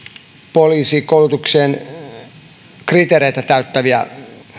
poliisikoulutuksen kriteereitä täyttäviä